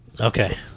Okay